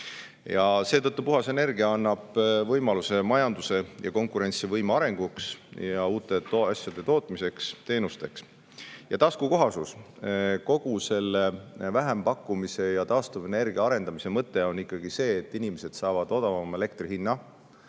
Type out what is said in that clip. on. Seetõttu puhas energia annab võimaluse majanduse ja konkurentsivõime arenguks, uute asjade tootmiseks ja teenusteks. Taskukohasus. Kogu selle vähempakkumise ja taastuvenergia arendamise mõte on ikkagi see, et inimesed saavad odavama elektrihinna